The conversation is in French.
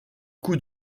coups